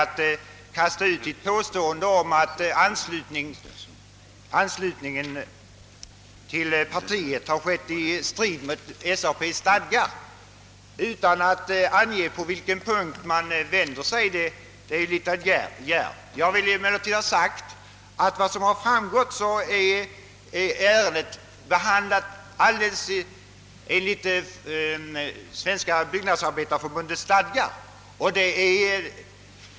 Att kasta ut påståendet, att anslutningen till partiet har skett i strid mot SAP:s stadgar utan att ange vilken punkt man syftar på, är litet djärvt. Jag vill emellertid ha sagt att enligt vad som framgått har ärendet behandlats helt enligt Svenska byggnadsarbetäreförbundets stadgar.